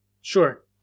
Sure